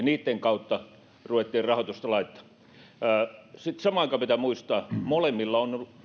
niitten kautta ruvettiin rahoitusta laittamaan sitten samaan aikaan pitää muistaa molemmilla on